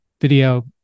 video